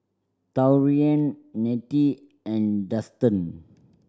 Taurean Nettie and Dustan